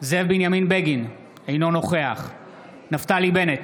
זאב בנימין בגין, אינו נוכח נפתלי בנט,